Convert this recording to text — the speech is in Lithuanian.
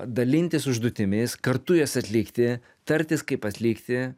dalintis užduotimis kartu jas atlikti tartis kaip atlikti